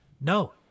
No